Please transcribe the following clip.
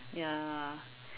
ya